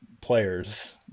players